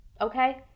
Okay